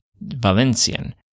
Valencian